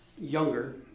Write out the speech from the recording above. younger